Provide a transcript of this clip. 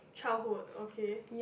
childhood okay